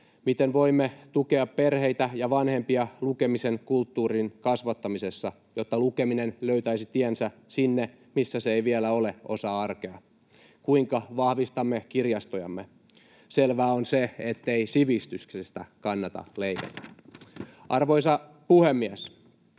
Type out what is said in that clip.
Miten voimme tukea perheitä ja vanhempia lukemisen kulttuuriin kasvattamisessa, jotta lukeminen löytäisi tiensä sinne, missä se ei vielä ole osa arkea? Kuinka vahvistamme kirjastojamme? Selvää on se, ettei sivistyksestä kannata leikata. Arvoisa puhemies!